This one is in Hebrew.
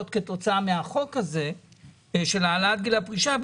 כתוצאה מהחוק הזה של העלאת גיל הפרישה,